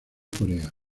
corea